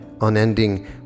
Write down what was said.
unending